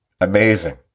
Amazing